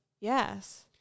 Yes